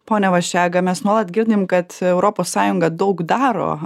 pone vaščega mes nuolat girdim kad europos sąjunga daug daro